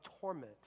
torment